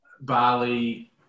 Bali